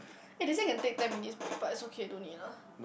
eh they say can take ten minutes break but is okay don't need lah